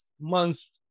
months